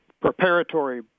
preparatory